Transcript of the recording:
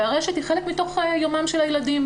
והרשת היא חלק מתוך יומם של הילדים,